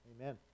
amen